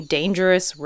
dangerous